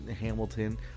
Hamilton